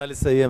נא לסיים.